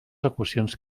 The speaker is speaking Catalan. equacions